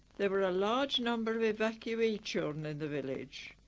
there were a large number of evacuee children in the village.